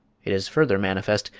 it is further manifest,